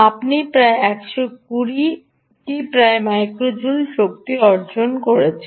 আপনি প্রায় 120 টি প্রায় মাইক্রো জোল শক্তি অর্জন করছেন